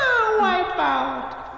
Wipeout